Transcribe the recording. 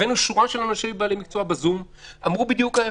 הבאנו בזום שורה של אנשי מקצוע שאמרו בדיוק להפך.